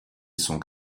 sont